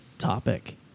topic